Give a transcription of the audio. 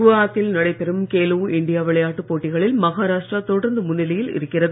குவஹாத்தியில் நடைபெறும் கேலோ இண்டியா விளையாட்டு போட்டிகளில் மகாராஷ்ட்ரா தொடர்ந்து முன்னிலையில் இருக்கிறது